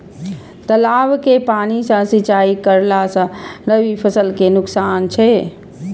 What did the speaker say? तालाब के पानी सँ सिंचाई करला स रबि फसल के नुकसान अछि?